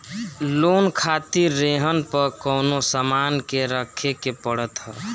loan खातिर रेहन पअ कवनो सामान के रखे के पड़त हअ